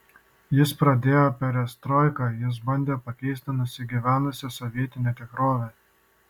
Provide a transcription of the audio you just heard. jis pradėjo perestroiką jis bandė pakeisti nusigyvenusią sovietinę tikrovę